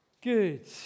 Good